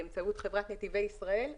באמצעות חברת נתיבי ישראל,